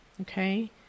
okay